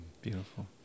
beautiful